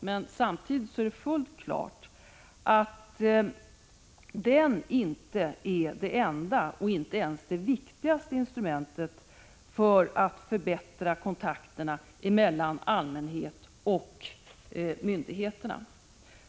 Men samtidigt är det fullt klart att den inte är det enda och inte ens det viktigaste instrumentet för att förbättra kontakterna mellan allmänheten och myndigheterna.